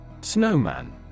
Snowman